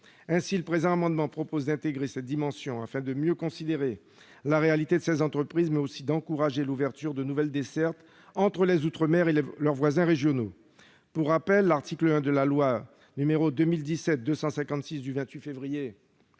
Aussi le présent amendement vise-t-il à intégrer cette dimension, afin de mieux considérer la réalité de ces entreprises, mais également d'encourager l'ouverture de nouvelles dessertes entre les outre-mer et leurs voisins régionaux. Pour rappel, l'article 1 de la loi n° 2017-256 du 28 février